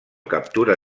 captura